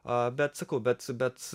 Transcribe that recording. a bet sakau bet bet bet